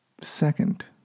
Second